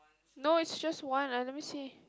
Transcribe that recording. no it's just one ah let me see